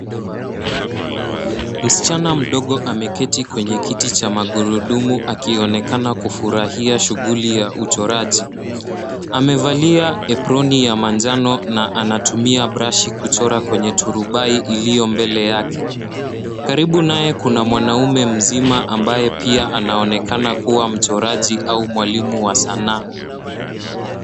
Msichana dogo ameketi kwenye kiti cha magurudumu akionekana kufurahia shughuli ya uchoraji. Amevalia aproni ya manjano na anatumia brashi kuchora kwenye turubai iliyo mbele yake. Karibu naye kuna mwanamume mzima ambaye pia anaonekana kuwa mchoraji au mwalimu wa sanaa.